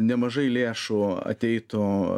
nemažai lėšų ateitų